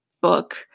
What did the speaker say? book